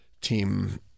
team